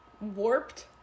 warped